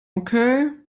okay